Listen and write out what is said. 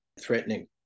threatening